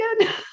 again